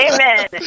Amen